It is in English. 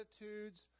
attitudes